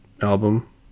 album